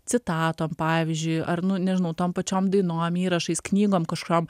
citatom pavyzdžiui ar nu nežinau tom pačiom dainom įrašais knygom kažkokiom